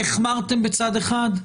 החמרתם בצד אחד,